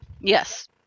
Yes